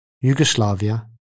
Yugoslavia